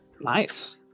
Nice